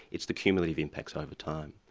it's the cumulative impacts over time.